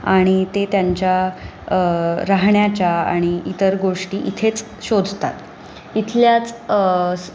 आणि ते त्यांच्या राहण्याच्या आणि इतर गोष्टी इथेच शोधतात इथल्याच स